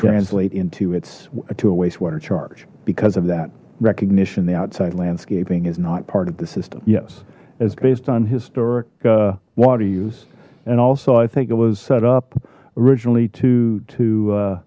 translate into its to a wastewater charge because of that recognition the outside landscaping is not part of the system yes as based on historic water use and also i think it was set up originally to to